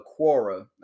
Quora